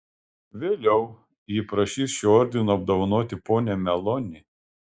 vėliau ji prašys šiuo ordinu apdovanoti ponią meloni